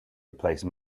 replace